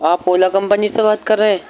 آپ اولا کمپنی سے بات کر رہے ہیں